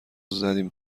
زدیم